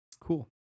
Cool